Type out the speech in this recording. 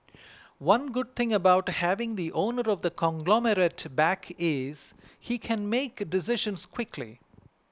one good thing about having the owner of the conglomerate back is he can make decisions quickly